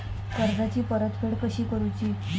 कर्जाची परतफेड कशी करूची?